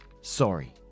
Sorry